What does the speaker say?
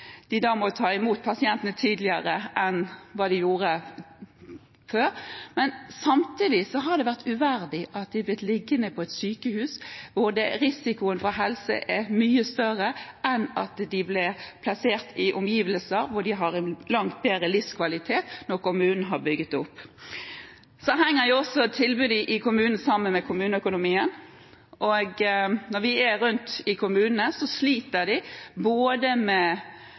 de da må ta imot pasientene tidligere enn før. Samtidig har det vært uverdig at de har blitt liggende på et sykehus, hvor helserisikoen er mye større enn hvis de hadde blitt plassert i omgivelser som gir dem en langt bedre livskvalitet, når kommunen har bygget det ut. Tilbudet i kommunen henger jo også sammen med kommuneøkonomien. Og når vi reiser rundt i kommunene, ser vi at de sliter med